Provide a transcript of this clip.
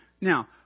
Now